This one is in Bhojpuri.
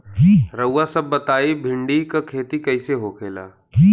रउआ सभ बताई भिंडी क खेती कईसे होखेला?